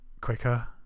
quicker